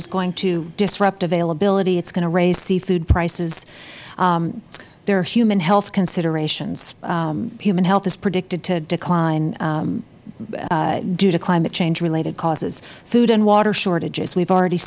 is going to disrupt availability it is going to raise seafood prices there are human health considerations human health is predicted to decline due to climate change related causes food and water shortages we have already